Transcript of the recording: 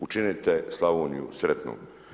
Učinite Slavoniju sretnom“